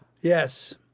Yes